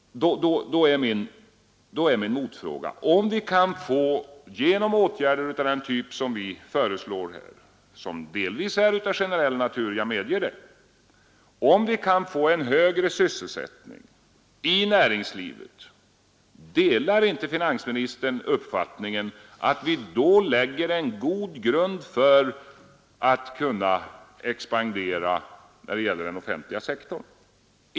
Då är min motfråga: Om vi genom åtgärder av den typ som vi föreslår och som delvis är av generell natur, jag medger det, kan få en högre sysselsättning i näringslivet, delar inte finansministern uppfattningen att vi då lägger en god grund för att kunna expandera när det gäller den offentliga sektorn?